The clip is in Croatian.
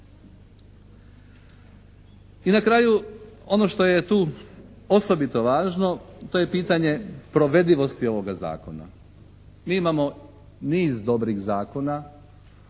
I na kraju ono što je tu osobito važno to je pitanje provedivosti ovoga Zakona. Mi imamo niz dobrih zakona,